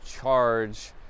charge